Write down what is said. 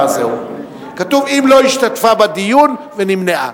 כתוב: אם לא השתתפה בדיון ונמנעה.